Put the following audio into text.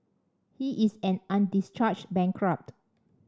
he is an undischarged bankrupt